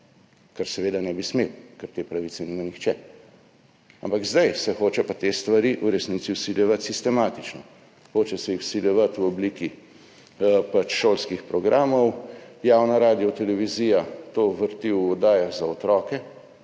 kar seveda ne bi smel, ker te pravice nima nihče. Ampak zdaj se pa hoče te stvari v resnici vsiljevati sistematično, hoče se jih vsiljevati v obliki šolskih programov, javna radiotelevizija tovrstne vsebine vrti